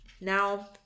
now